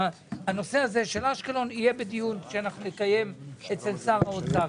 של אשקלון יהיה בדיון שנקיים אצל שר האוצר,